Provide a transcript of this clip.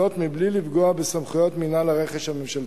זאת מבלי לפגוע בסמכויות מינהל הרכש הממשלתי.